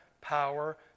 power